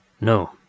No